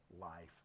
life